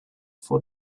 for